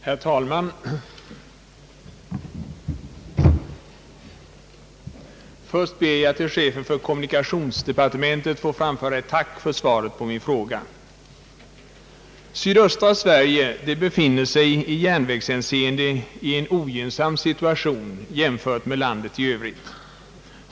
Herr talman! Först vill jag till chefen för kommunikationsdepartementet framföra ett tack för svaret på min fråga. Sydöstra Sverige befinner sig i järnvägshänseende i en ogynnsam situation jämfört med landet i övrigt.